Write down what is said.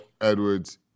Edwards